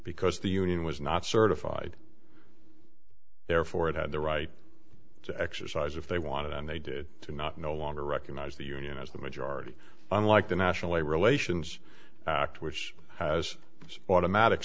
because the union was not certified therefore it had the right to exercise if they wanted and they did not no longer recognize the union as the majority unlike the national labor relations act which has automatic